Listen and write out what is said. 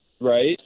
Right